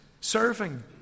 serving